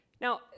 Now